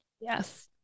yes